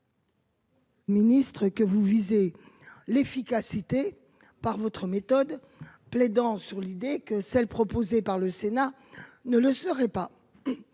Ministre que vous visez l'efficacité par votre méthode plaidant sur l'idée que celle proposée par le Sénat ne le serait pas.